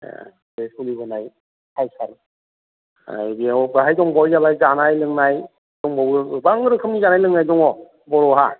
बे सोलिबोनाय कालसार बेयाव बावहाय दंबावो जोंना जानाय लोंनाय दंबावो गोबां रोखोमनि जानाय लोंनाय दङ बर'हा